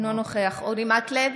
אינו נוכח אורי מקלב,